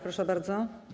Proszę bardzo.